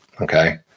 Okay